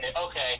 okay